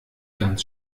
ganz